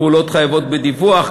פעולות חייבות בדיווח,